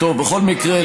בכל מקרה,